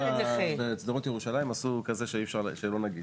שבשדרות ירושלים עשו לא נגיש.